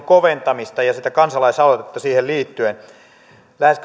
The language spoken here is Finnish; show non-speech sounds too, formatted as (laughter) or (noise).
(unintelligible) koventamista ja kansalaisaloitetta siihen liittyen lähes (unintelligible)